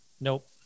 Nope